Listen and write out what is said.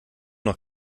noch